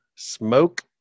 Smoke